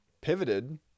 pivoted